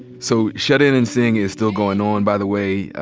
so shut-in and sing is still goin' on by the way.